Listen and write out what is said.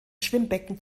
schwimmbecken